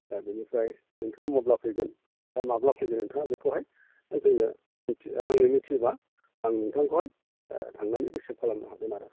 दा बेनिफ्राय नोंथाङा माब्ला फैगोन दा माब्ला फैगोन नोंथाङा बेखौहाय आंनो मिथि होयोबा आं नोंथांखौहाय थांनानै रिसिभ खालामनो हागोन आरो